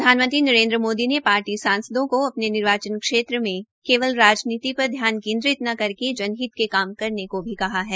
प्रधानमंत्री नरेन्द्र मोदी ने पार्टी सांसदों को अपने निर्वाचन क्षेत्रों में केवल राजनीति पर ध्यान केन्द्रित न करके जनहित के काम करने को भी कहा है